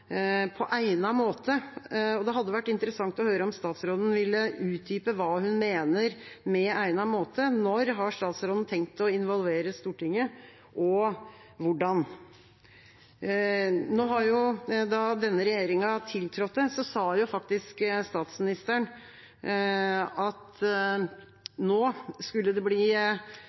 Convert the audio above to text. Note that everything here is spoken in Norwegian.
på egnet måte. Det hadde vært interessant å høre om statsråden ville utdype hva hun mener med «egnet måte». Når har statsråden tenkt å involvere Stortinget, og hvordan? Da denne regjeringa tiltrådte, sa faktisk statsministeren at nå skulle det bli